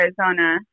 Arizona